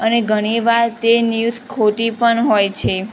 અને ઘણીવાર તે ન્યૂઝ ખોટી પણ હોય છે